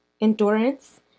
endurance